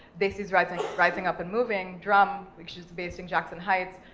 this is rising, rising up and moving, drum, which is based in jackson heights,